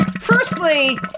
firstly